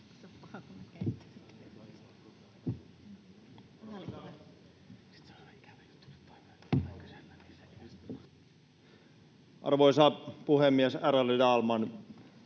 Arvoisa puhemies, ärade talman!